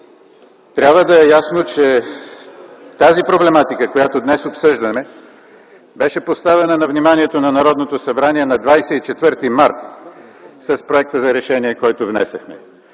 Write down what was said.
Трябва да е ясно, че тази проблематика, която днес обсъждаме, беше поставена на вниманието на Народното събрание на 24 март с проекта за решение, който внесохме.